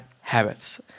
habits